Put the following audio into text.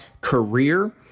career